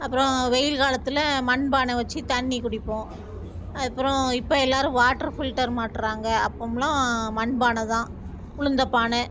அப்புறம் வெயில் காலத்தில் மண்பானை வச்சு தண்ணி குடிப்போம் அதுக்கப்புறம் இப்போ எல்லோரும் வாட்ரு ஃபில்ட்டர் மாட்டுறாங்க அப்போம்லாம் மண்பானைதான் உளுந்தப்பானை